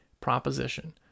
proposition